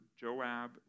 Joab